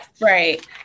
right